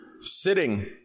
Sitting